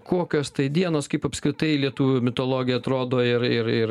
kokios tai dienos kaip apskritai lietuvių mitologija atrodo ir ir ir